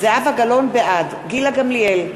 בעד גילה גמליאל,